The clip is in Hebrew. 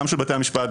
גם של בתי המשפט,